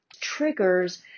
triggers